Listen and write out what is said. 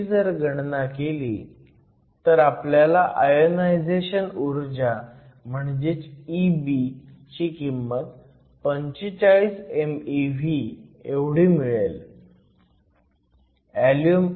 तशी जर गणना केली तर आपल्याला आयोनायझेशन ऊर्जा म्हणजे Eb ची किंमत 45 mev एवढी मिळेल